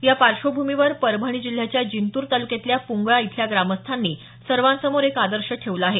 या पार्श्वभूमीवर परभणी जिल्ह्याच्या जिंतूर तालुक्यातल्या प्ंगळा इथल्या ग्रामस्थांनी सर्वांसमोर एक आदर्श ठेवला आहे